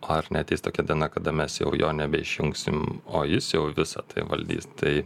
ar neateis tokia diena kada mes jau jo nebeišjungsim o jis jau visa tai valdys tai